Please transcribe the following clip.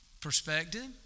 perspective